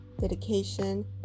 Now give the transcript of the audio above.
dedication